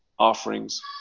offerings